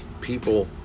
people